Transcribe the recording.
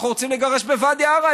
אנחנו רוצים לגרש בוואדי עארה.